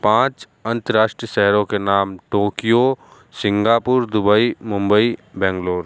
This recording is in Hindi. पाँच अंतर्राष्ट्रीय शहरों के नाम Tokyo Singapore Dubai Mumbai Bangalore